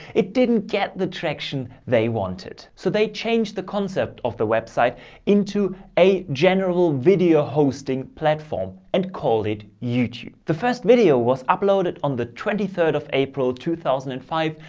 it didn't get the traction they wanted. so they changed the concept of the web site into a general video hosting platform and called it youtube. the first video was uploaded on the twenty third of april two thousand and five,